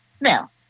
Now